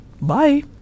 Bye